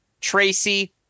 Tracy